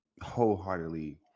wholeheartedly